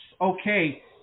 okay